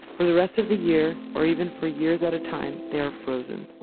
for the rest of the year, or even for years at a time, they are frozen.